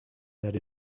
that